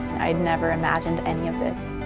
i never imagined any of this.